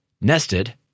nested